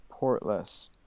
portless